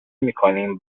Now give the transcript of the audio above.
میکنیم